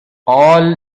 all